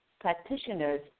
practitioners